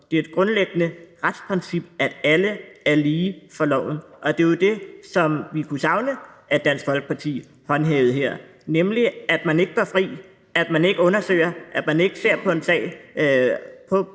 Det er et grundlæggende retsprincip, at alle er lige for loven, og det er jo det, som vi kunne savne at Dansk Folkeparti håndhævede her, nemlig at man ikke undersøger, at man ikke ser på en sag